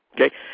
Okay